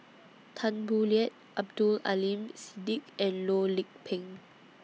Tan Boo Liat Abdul Aleem Siddique and Loh Lik Peng